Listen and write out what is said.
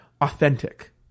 authentic